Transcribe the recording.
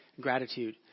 gratitude